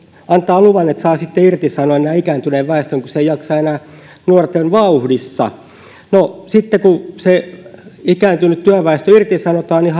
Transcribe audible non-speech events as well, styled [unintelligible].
antaa luvan että saa sitten irtisanoa tämän ikääntyneen väestön kun se ei jaksa enää nuorten vauhdissa no sitten kun se ikääntynyt työväestö irtisanotaan niin [unintelligible]